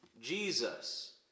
Jesus